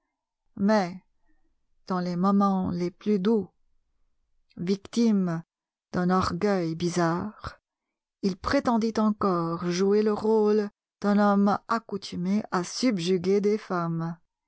mais dans les moments les plus doux victime d'un orgueil bizarre il prétendit encore jouer le rôle d'un homme accoutumé à subjuguer des femmes